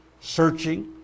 searching